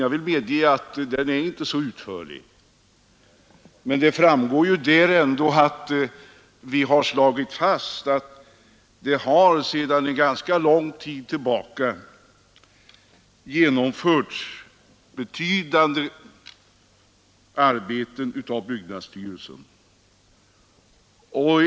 Jag medger att den inte är särskilt utförlig, men det framgår ändå att byggnadsstyrelsen sedan ganska lång tid tillbaka har genomfört betydande arbeten på slottet.